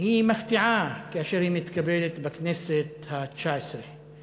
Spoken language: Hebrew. היא מפתיעה כאשר היא מתקבלת בכנסת התשע-עשרה.